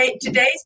Today's